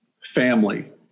family